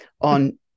on